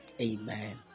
amen